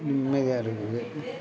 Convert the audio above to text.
நிம்மதியாக இருக்குது